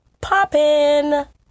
popping